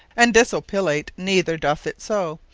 and disopilate neither doth it so,